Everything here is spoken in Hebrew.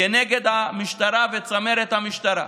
כנגד המשטרה וצמרת המשטרה.